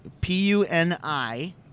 P-U-N-I